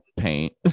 paint